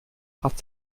hat